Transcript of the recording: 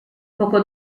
poco